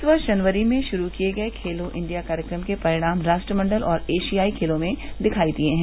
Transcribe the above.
इस वर्ष जनवरी में शरू किए गए खेलों इंडिया कार्यक्रम के परिणाम राष्ट्रमंडल और एशियाई खेलों में दिखाई दिए हैं